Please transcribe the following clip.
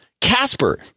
Casper